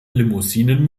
limousinen